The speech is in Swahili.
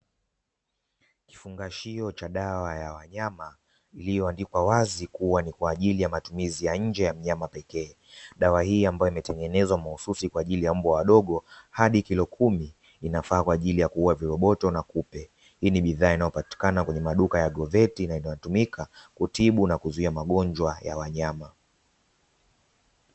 Kifungashio cha dawa ya wanyama iliyoandikwa wazi kuwa ni kwa ajili ya matumizi ya nje ya mnyama pekee. Dawa hii ambayo imetengenezwa mahsusi kwa ajili ya mbwa wadogo hadi kilo kumi, inafaa kwa ajili ya kuua viroboto na kupe. Hii ni bidhaa inayopatikana kwenye maduka ya goveti inayotumika kutibu na kuzuia magonjwa ya wanyama.